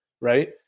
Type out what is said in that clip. right